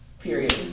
Period